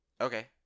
okay